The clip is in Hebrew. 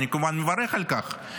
אני כמובן מברך על כך,